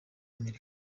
amerika